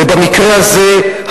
ובמקרה הזה,